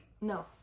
No